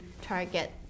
target